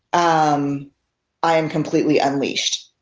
um i am completely unleashed.